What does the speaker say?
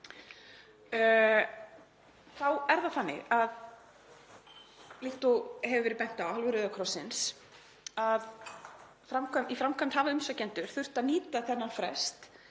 Þá er það þannig, líkt og hefur verið bent á af hálfu Rauða krossins, að í framkvæmd hafa umsækjendur þurft að nýta þennan frest